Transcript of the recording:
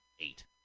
eight